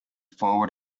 forward